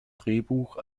drehbuch